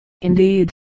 indeed